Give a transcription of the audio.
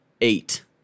eight